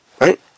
right